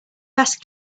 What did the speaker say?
asked